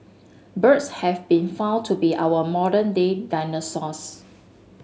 birds have been found to be our modern day dinosaurs